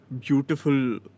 beautiful